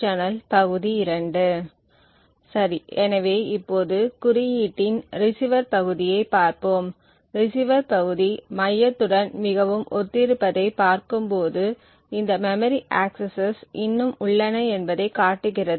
சரி எனவே இப்போது குறியீட்டின் ரிசீவர் பகுதியைப் பார்ப்போம் ரிசீவர் பகுதி மையத்துடன் மிகவும் ஒத்திருப்பதைப் பார்க்கும்போது இந்த மெமரி ஆக்சஸஸ் இன்னும் உள்ளன என்பதைக் காட்டுகிறது